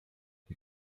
die